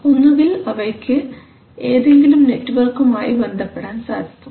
ഒന്നുകിൽ അവയ്ക്ക് ഏതെങ്കിലും നെറ്റ് വർക്കുമായി ബന്ധപ്പെടാൻ സാധിക്കും